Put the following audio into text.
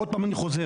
עוד פעם אני חוזר,